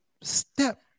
step